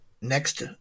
next